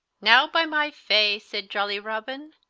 now, by my faye, sayd jollye robin,